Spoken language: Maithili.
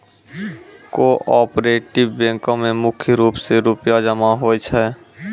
कोऑपरेटिव बैंको म मुख्य रूप से रूपया जमा होय छै